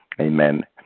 Amen